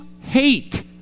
hate